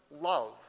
love